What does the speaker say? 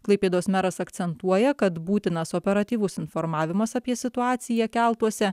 klaipėdos meras akcentuoja kad būtinas operatyvus informavimas apie situaciją keltuose